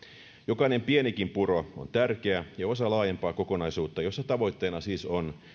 jokainen pienikin puro on tärkeä ja osa laajempaa kokonaisuutta jossa tavoitteena siis on tasapainoinen julkinen talous